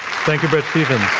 thank you, bret stephens.